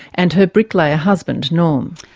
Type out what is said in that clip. and her bricklayer husband, norm.